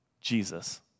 Jesus